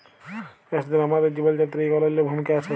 চাষীদের আমাদের জীবল যাত্রায় ইক অলল্য ভূমিকা আছে